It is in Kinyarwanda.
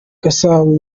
gasabo